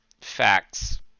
facts